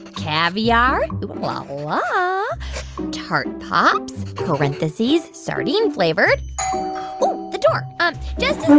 caviar ooh la la tart pops parentheses sardine flavored oh, the door. um just so